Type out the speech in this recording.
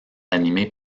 animés